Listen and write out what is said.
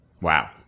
Wow